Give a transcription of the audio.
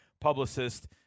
publicist